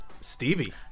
Stevie